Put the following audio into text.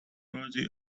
rosie